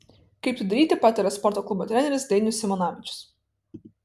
kaip tai daryti pataria sporto klubo treneris dainius simanavičius